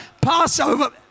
Passover